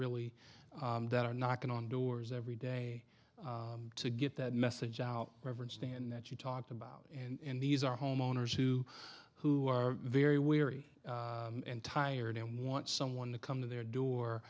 really that are knocking on doors every day to get that message out reverend stand that you talked about and these are homeowners who who are very weary and tired and want someone to come to their door